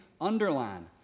underline